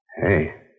Hey